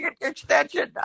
extension